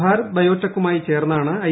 ഭാരത് ബയോടെക്കുമായി ചേർന്നാണ് ് ഐ